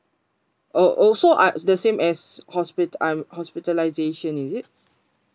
oh also I the same as hospital I'm hospitalisation is it